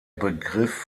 begriff